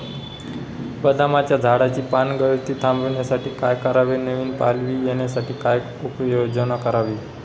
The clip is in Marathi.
बदामाच्या झाडाची पानगळती थांबवण्यासाठी काय करावे? नवी पालवी येण्यासाठी काय उपाययोजना करावी?